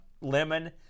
Lemon